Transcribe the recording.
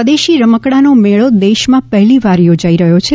સ્વદેશી રમકડાંનો મેળો દેશમાં પહેલી વાર યોજાઈ રહ્યો છે